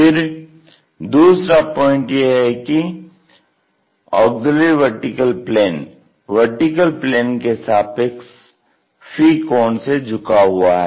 फिर दूसरा पॉइंट यह है कि AVP VP के सापेक्ष फी कोण से झुका हुआ है